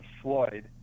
Floyd